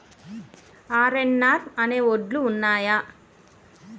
RNR అనే వడ్లు ఉన్నయా?